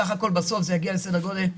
בסך הכול בסוף זה יגיע לסדר גודל,